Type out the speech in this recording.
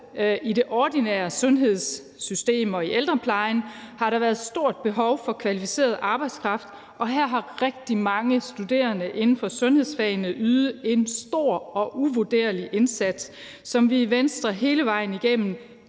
i det ordinære sundhedssystem og i ældreplejen, hvor der har været stort behov for kvalificeret arbejdskraft, har rigtig mange studerende inden for sundhedsfagene ydet en stor og uvurderlig indsats, som vi i Venstre hele vejen igennem